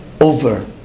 over